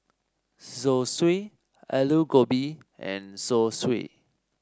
Zosui Alu Gobi and Zosui